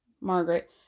Margaret